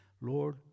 Lord